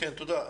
כן, תודה.